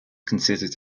considered